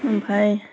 ओमफाय